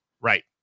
Right